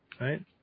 right